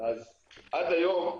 עד היום,